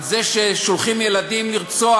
על זה ששולחים ילדים לרצוח,